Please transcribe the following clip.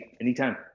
Anytime